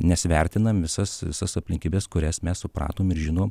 nes vertinam visas visas aplinkybes kurias mes supratom ir žinom